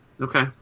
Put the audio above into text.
Okay